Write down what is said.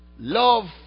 Love